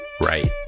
right